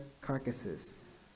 carcasses